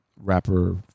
rapper